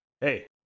hey